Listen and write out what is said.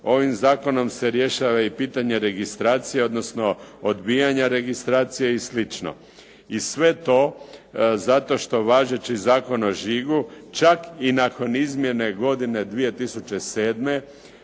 Ovim zakonom se rješava i pitanje registracije, odnosno odbijanja registracije i slično. I sve to zato što važeći Zakon o žigu čak i nakon izmjene godine 2007.